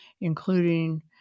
including